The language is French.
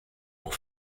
pour